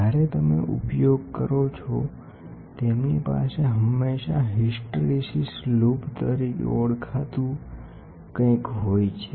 જ્યારે તમે ઉપયોગ કરો છો તેમની પાસે હંમેશાં હિસ્ટ્રેસિસ લૂપ તરીકે ઓળખાતું કંઈક હોય છે